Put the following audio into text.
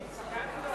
לשם